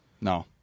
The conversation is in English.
No